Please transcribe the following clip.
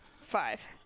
Five